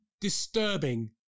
disturbing